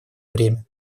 время